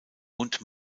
und